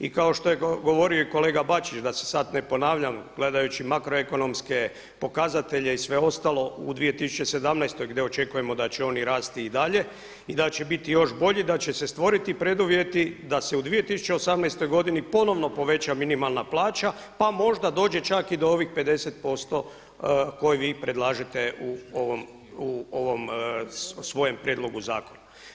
I kao što je govorio i kolega Bačić da se sad ne ponavljam gledajući makroekonomske pokazatelje i sve ostalo u 2017. gdje očekujemo da će oni rasti i dalje i da će biti još bolji, da će se stvoriti preduvjeti da se u 2018. godini ponovno poveća minimalna plaća pa možda dođe čak i do ovih 50% koje vi predlažete u ovom svojem prijedlogu zakona.